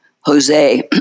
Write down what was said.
Jose